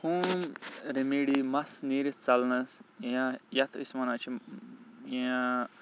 home remedy مَس نیٖرتھ ژَلنَس یا یِتھ أسۍ وَنان چھِ یہِ